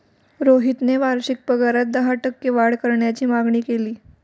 रोहितने वार्षिक पगारात दहा टक्के वाढ करण्याची मागणी केली